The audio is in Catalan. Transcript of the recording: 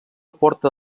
porta